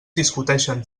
discuteixen